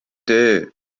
töö